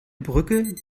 brücke